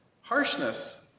Harshness